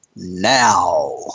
Now